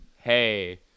hey